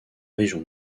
région